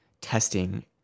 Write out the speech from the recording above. Testing